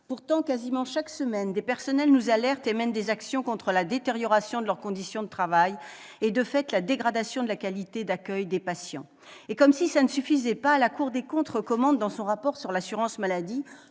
Pourtant, quasiment chaque semaine, des personnels nous alertent et mènent des actions contre la détérioration de leurs conditions de travail et, de fait, contre la dégradation de la qualité d'accueil des patients. Et, comme si cela ne suffisait pas, la Cour des comptes recommande, dans son rapport sur l'avenir de